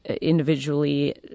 individually